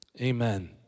amen